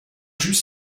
just